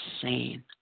insane